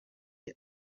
ari